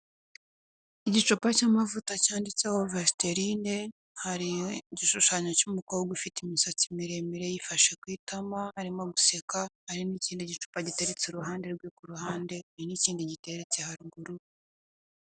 Igicupa cy'amavuta cyanditseho vesiterine, hari igishushanyo cy'umukobwa ufite imisatsi miremire yifashe ku itama arimo guseka, hari n'ikindi gicupa giteritse iruhande rwe ku ruhande, hari n'ikindi giteretse haruguru.